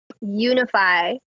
unify